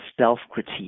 self-critique